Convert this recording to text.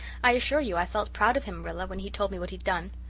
i assure you i felt proud of him, rilla, when he told me what he'd done.